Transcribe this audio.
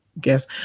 guess